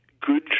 good